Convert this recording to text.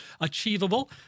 achievable